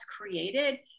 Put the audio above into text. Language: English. created